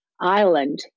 island